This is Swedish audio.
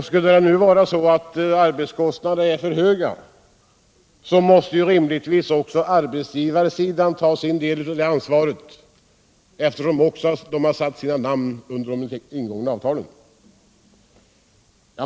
Skulle nu arbetskostnaderna vara för höga, måste rimligtvis också arbetsgivarna ta sin del av ansvaret, eftersom också de har satt sina namn under det ingångna avtalet.